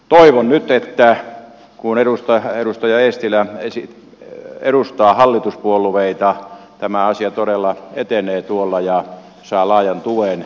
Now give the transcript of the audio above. toivon nyt että kun edustaja eestilä edustaa hallituspuolueita tämä asia todella etenee tuolla ja saa laajan tuen